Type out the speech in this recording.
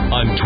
on